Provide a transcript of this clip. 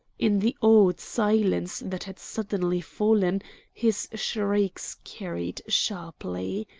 in the awed silence that had suddenly fallen his shrieks carried sharply.